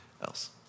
else